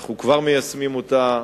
ואנחנו כבר מיישמים אותה.